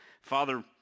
Father